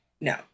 no